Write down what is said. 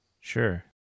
sure